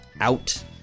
out